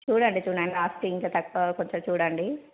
చూడండి చూడండి కాస్ట్ ఇంకా తక్కువ కొంచెం చూడండి